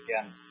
again